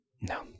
No